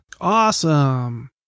awesome